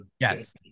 yes